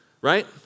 right